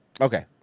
Okay